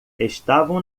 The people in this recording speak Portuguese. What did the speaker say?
estavam